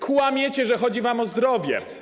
Kłamiecie, że chodzi wam o zdrowie.